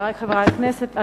חברי חברי הכנסת,